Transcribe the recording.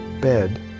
bed